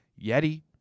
Yeti